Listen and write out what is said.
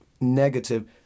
negative